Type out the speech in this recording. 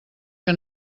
que